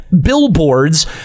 Billboards